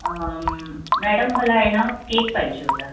madam मला आहे ना केक पाहिजे होता